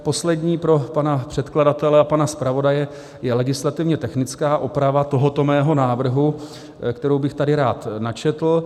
Poslední pro pana předkladatele a pana zpravodaje je legislativně technická oprava tohoto mého návrhu, kterou bych tady rád načetl.